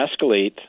escalate